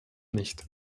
nicht